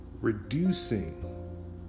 reducing